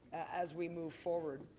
as we move forward?